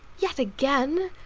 yet again!